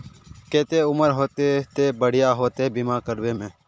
केते उम्र होते ते बढ़िया होते बीमा करबे में?